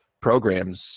programs